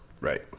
Right